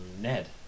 Ned